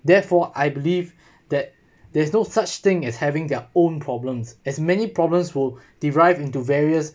therefore I believe that there's no such thing as having their own problems as many problems will derive into various